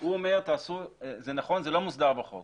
הוא אומר שזה לא מוסדר בחוק.